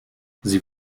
sie